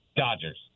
Dodgers